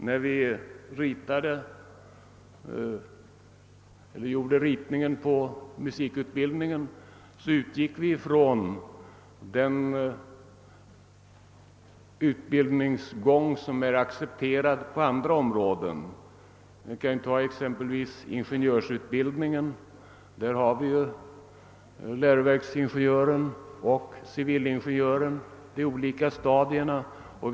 När vi planerade musikutbildningen utgick vi från den utbildningsgång som är accepterad på andra områden. Låt oss ta exempelvis ingenjörsutbildningen. Där har man de olika stadier som representeras av läroverksingenjören och civilingenjören.